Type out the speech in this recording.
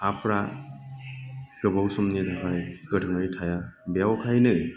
हाफोरा गोबाव समनि थाखाय गोरायै थाया बेखायनो